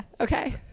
okay